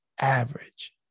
average